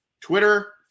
Twitter